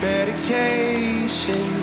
Medication